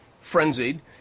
frenzied